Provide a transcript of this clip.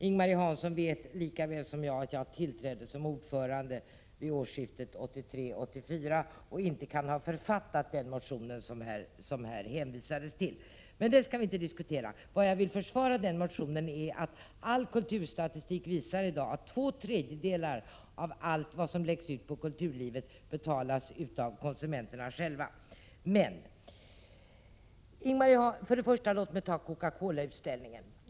Ing-Marie Hansson vet lika väl som jag att jag tillträdde som ordförande vid årsskiftet 1983-1984 och inte kan ha författat den motion som här har hänvisats till. Men det skall vi inte diskutera. Vad jag vill försvara i den motionen är att all kulturstatistik visar att två tredjedelar av allt som läggs ut på kulturlivet i dag betalas av konsumenterna själva. Låt mig peka på Coca-Cola-utställningen.